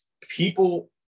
People